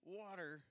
water